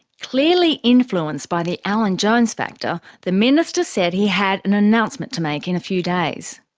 clearly influenced by the alan jones factor, the minister said he had an announcement to make in a few days.